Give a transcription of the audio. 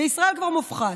בישראל כבר מופחת.